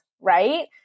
right